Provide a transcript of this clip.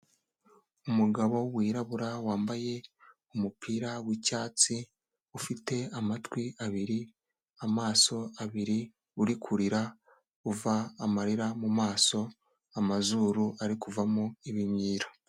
Umugabo wirabura wambaye umupira w'icyatsi ufite amatwi abiri, amaso abiri uri kurira uva amarira mu mumaso, amazuru ari kuvamo ibimyira.